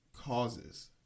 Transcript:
causes